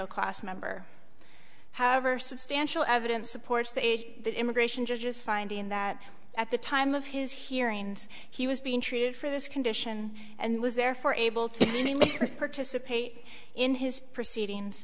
class member however substantial evidence supports the immigration judges finding that at the time of his hearings he was being treated for this condition and was therefore able to participate in his proceedings